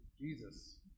Jesus